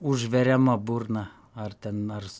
užveriama burna ar ten nars